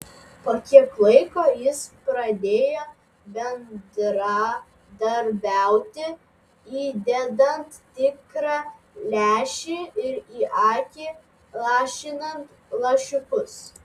po kiek laiko jis pradėjo bendradarbiauti įdedant tikrą lęšį ir į akį lašinant lašiukus